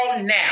now